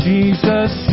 Jesus